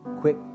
quick